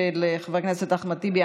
של חברי הכנסת אחמד טיבי,